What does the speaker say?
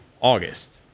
August